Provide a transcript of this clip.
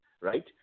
right